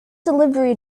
delivery